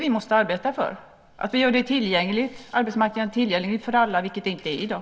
Vi måste arbeta för att göra arbetsmarknaden tillgänglig för alla, vilket den inte är i dag.